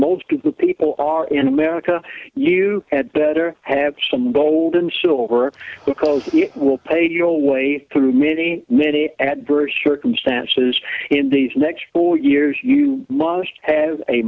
most people are in america you had better have some gold and silver because you will pay your way through many many adverse circumstances in these next four years you must have a